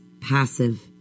passive